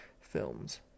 films